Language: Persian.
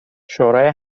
شورای